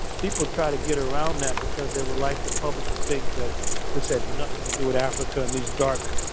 people try to get around that because they would like the public to think that this had nothing to do with africa, and these dark